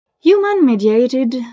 Human-mediated